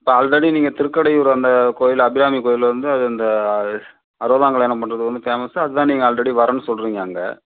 இப்போ ஆல்ரெடி நீங்கள் திருக்கடையூர் அந்த கோயில் வந்து அபிராமி கோயில் வந்து அது அந்த அறுபதாங் கல்யாணம் பண்ணுறது வந்து பேமஸ்சு அதான் நீங்கள் ஆல்ரெடி வரேன்னு சொல்லுறிங்க நீங்கள்